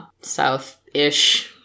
south-ish